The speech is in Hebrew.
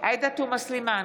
עאידה תומא סלימאן,